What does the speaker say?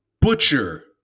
butcher